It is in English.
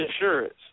insurance